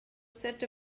set